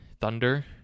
Thunder